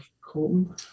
Colton